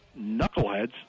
knuckleheads